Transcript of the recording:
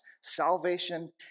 salvation